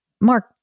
Mark